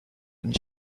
and